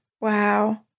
Wow